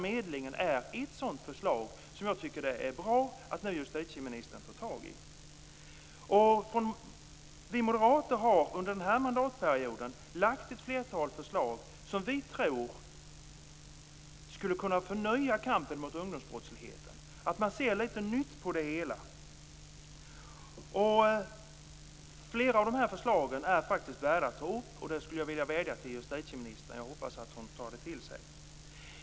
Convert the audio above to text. Medlingen är ett sådant förslag. Jag tycker att det är bra att justitieministern nu tar tag i detta. Vi moderater har under den här mandatperioden lagt fram ett flertal förslag som vi tror skulle kunna förnya kampen mot ungdomsbrottsligheten. Det handlar om att man ser litet nytt på det hela. Flera av dessa förslag är faktiskt värda att ta upp. Där skulle jag vilja vädja till justitieministern och hoppas att hon tar det till sig.